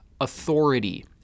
authority